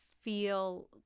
feel